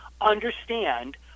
understand